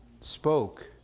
spoke